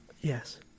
yes